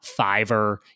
Fiverr